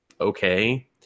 okay